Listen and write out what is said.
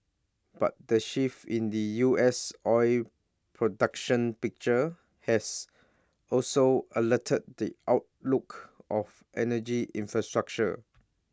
but the shift in the U S oil production picture has also altered the outlook of energy infrastructure